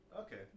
Okay